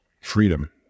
Freedom